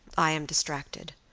i am distracted.